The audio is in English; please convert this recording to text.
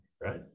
right